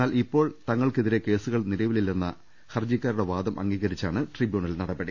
എന്നാൽ ഇപ്പോൾ തങ്ങൾക്കെതിരെ കേസു കൾ നിലവിലില്ലെന്ന ഹർജിക്കാരുടെ വാദം അംഗീകരിച്ചാണ് ട്രിബ്യൂ ണൽ നടപടി